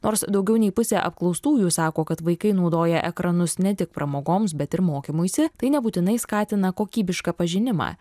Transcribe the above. nors daugiau nei pusė apklaustųjų sako kad vaikai naudoja ekranus ne tik pramogoms bet ir mokymuisi tai nebūtinai skatina kokybišką pažinimą